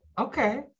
okay